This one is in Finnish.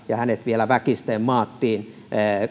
ja hänet vielä väkisten maattiin